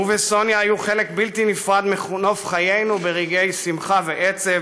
הוא וסוניה היו חלק בלתי נפרד מנוף חיינו ברגעי שמחה ועצב.